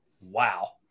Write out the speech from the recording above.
wow